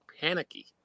panicky